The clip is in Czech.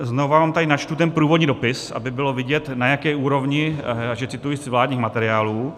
Znovu vám tady načtu ten průvodní dopis, aby bylo vidět, na jaké úrovni, a že cituji z vládních materiálů.